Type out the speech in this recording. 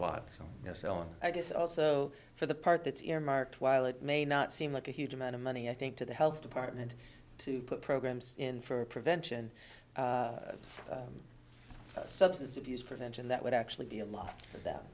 lot so yes ellen i guess also for the part that's earmarked while it may not seem like a huge amount of money i think to the health department to put programs in for prevention substance abuse prevention that would actually be a lot of th